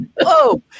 Whoa